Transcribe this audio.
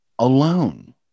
alone